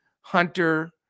Hunter